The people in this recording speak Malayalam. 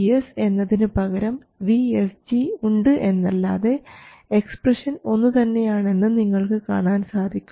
VGS എന്നതിന് പകരം VSG ഉണ്ട് എന്നല്ലാതെ എക്സ്പ്രഷൻ ഒന്നുതന്നെയാണ് എന്ന് നിങ്ങൾക്ക് കാണാൻ സാധിക്കും